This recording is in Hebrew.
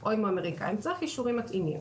או עם האמריקאיים צריך אישורים מתאימים.